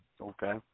Okay